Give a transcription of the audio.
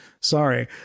Sorry